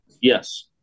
Yes